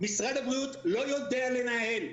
משרד הבריאות לא יודע לנהל,